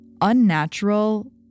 unnatural